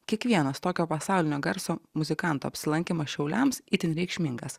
kiekvienas tokio pasaulinio garso muzikanto apsilankymas šiauliams itin reikšmingas